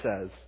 says